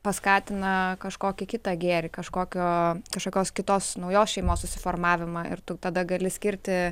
paskatina kažkokį kitą gėrį kažkokio kažkokios kitos naujos šeimos susiformavimą ir tu tada gali skirti